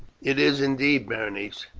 it is indeed, berenice.